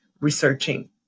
researching